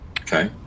okay